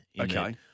Okay